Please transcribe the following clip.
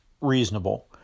reasonable